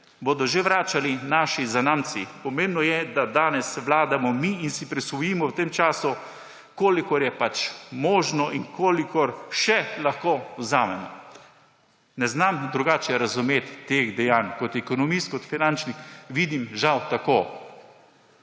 Bodo že vračali naši zanamci, pomembno je, da danes vladamo mi in si prisvojimo v tem času, kolikor je pač možno in kolikor še lahko vzamemo. Ne znam drugače razumeti teh dejanj. Kot ekonomist, kot finančnik žal vidim tako.